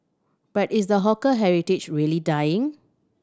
but is the hawker heritage really dying